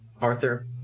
Arthur